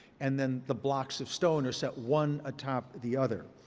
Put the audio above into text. and then the blocks of stone are set one atop the other.